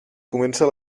comença